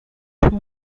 too